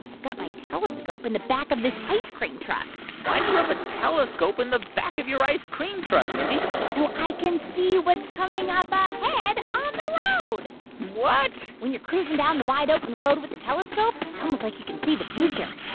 i've got my telescope in the back of this ice-cream truck why do you have a telescope in the back of your ice-cream truck, mindy? so i can see what's coming up ah ahead on the road what? when you're cruising down the wide, open road with a telescope, it's almost like you can see the future